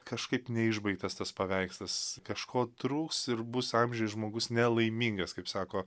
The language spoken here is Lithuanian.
kažkaip neišbaigtas tas paveikslas kažko trūks ir bus amžiuj žmogus nelaimingas kaip sako